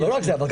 לא רק זה, גם